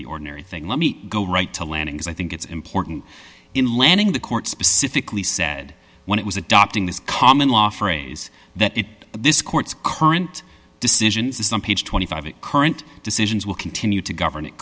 the ordinary thing let me go right to landings i think it's important in landing the court specifically said when it was adopting this common law phrase that it this court's current decision says some page twenty five that current decisions will continue to govern it